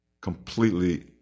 completely